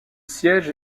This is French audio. siège